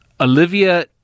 Olivia